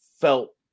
felt